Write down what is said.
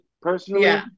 personally